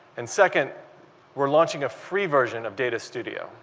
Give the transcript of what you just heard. and second we're launching a free version of data studio.